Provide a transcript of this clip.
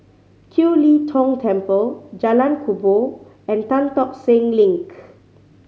Kiew Lee Tong Temple Jalan Kubor and Tan Tock Seng Link